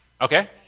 Okay